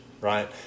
right